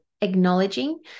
acknowledging